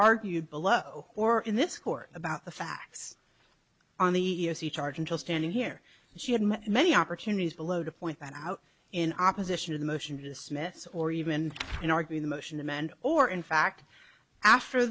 argue below or in this court about the facts on the e e o c charge until standing here she had many opportunities below to point that out in opposition to the motion to dismiss or even in arguing the motion amend or in fact after